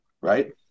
right